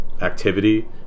activity